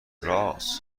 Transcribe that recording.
رآس